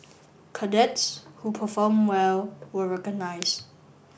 cadets who performed well were recognised